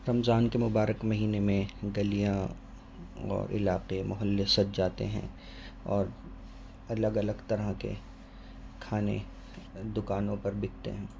رمضان کے مبارک مہینے میں گلیاں اور علاقے محل سج جاتے ہیں اور الگ الگ طرح کے کھانے دکانوں پر بکتے ہیں